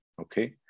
okay